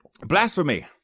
Blasphemy